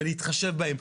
ולהתחשב בהם.